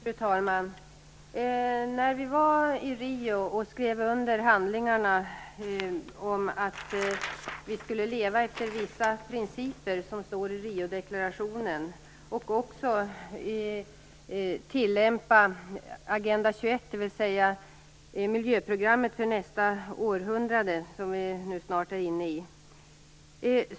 Fru talman! När vi var i Rio skrev vi under handlingarna om att vi skulle leva efter vissa principer som står i Rio-deklarationen, och att vi också skulle tilllämpa Agenda 21, dvs. miljöprogrammet för nästa århundrade, det som vi snart är inne i.